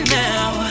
now